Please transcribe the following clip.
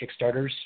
kickstarters